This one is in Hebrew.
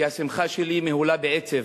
כי השמחה שלי מהולה בעצב.